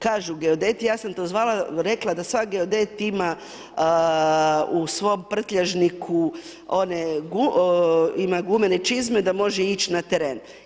Kažu geodeti, ja sam to zvala, rekla da svaki geodet ima u svom prtljažniku one, ima gumene čizme da može ići na teren.